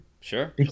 sure